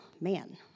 man